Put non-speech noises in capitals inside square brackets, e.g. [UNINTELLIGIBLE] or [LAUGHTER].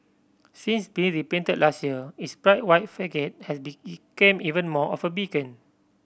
since being repainted last year its bright white facade has [UNINTELLIGIBLE] even more of a beacon